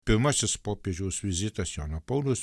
pirmasis popiežiaus vizitas jono pauliaus